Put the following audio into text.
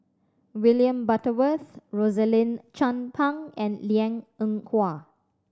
William Butterworth Rosaline Chan Pang and Liang Eng Hwa